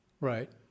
Right